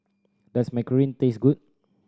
does macaron taste good